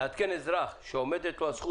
לעדכן אזרח שעומדת לו הזכות,